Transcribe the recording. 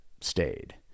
stayed